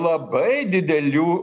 labai didelių